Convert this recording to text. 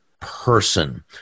person